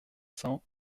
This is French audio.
cent